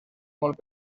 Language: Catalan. molt